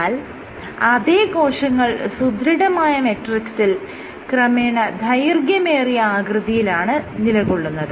എന്നാൽ അതെ കോശങ്ങൾ സുദൃഢമായ മെട്രിക്സിൽ ക്രമേണ ദൈർഘ്യമേറിയ ആകൃതിയിലാണ് നിലകൊള്ളുന്നത്